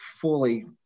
fully